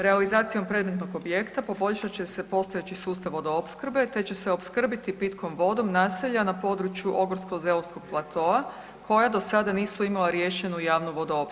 Realizacijom predmetnog objekta poboljšat će se postojeći sustav vodoopskrbe, te će se opskrbiti pitkom vodom naselja na području Ogorsko-Zelovskog platoa koja do sada nisu imala riješenu javnu vodoopskrbu.